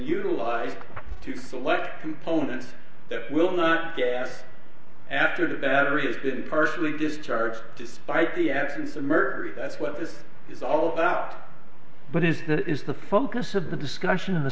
utilize to select components that will not after the battery is partially discharged despite the absence of mercury that's what this is all about but it is the focus of the discussion on the